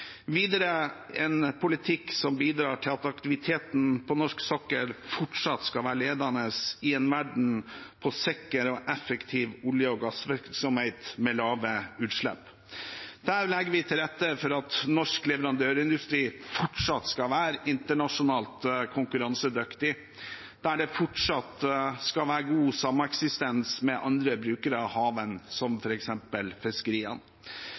Videre er det en politikk som bidrar til at aktiviteten på norsk sokkel fortsatt skal være ledende i verden på sikker og effektiv olje- og gassvirksomhet med lave utslipp, der vi legger til rette for at norsk leverandørindustri fortsatt skal være internasjonalt konkurransedyktig, og der det fortsatt skal være god sameksistens med andre brukere av havene, som f.eks. fiskeriene.